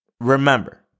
remember